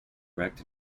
erect